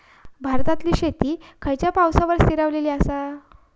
भारतातले शेती खयच्या पावसावर स्थिरावलेली आसा?